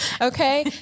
Okay